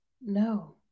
No